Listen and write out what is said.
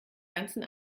ganzen